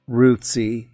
rootsy